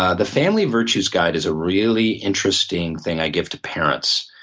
ah the family virtues guide is a really interesting thing i give to parents.